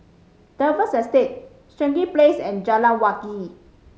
Dalvey Estate Stangee Place and Jalan Wangi